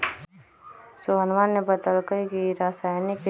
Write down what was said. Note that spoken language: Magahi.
सोहनवा ने बतल कई की रसायनिक कीटनाशी एक जहरीला पदार्थ होबा हई